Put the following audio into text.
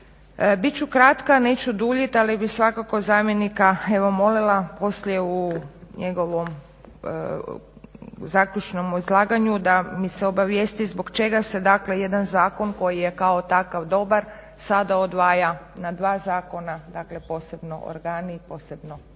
Bit ću kratka, neću duljiti ali bih svakako zamjenika evo molila poslije u njegovom zaključnom izlaganju da me se obavijesti zbog čega se dakle jedan zakon koji je kao takav dobar sada odvaja na dva zakona, dakle posebno organi i posebno tkiva.